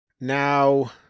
Now